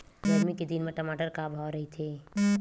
गरमी के दिन म टमाटर का भाव रहिथे?